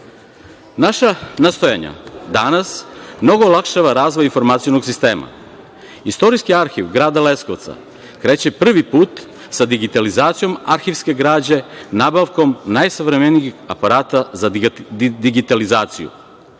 Naša nastojanja da danas mnogo olakšava razvoj informacionog sistema. Istorijski arhiv grada Leskovca, kreće prvi put sa digitalizacijom arhivske građe, nabavkom najsavremenijih aparata za digitalizaciju. Godine